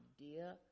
idea